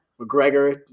McGregor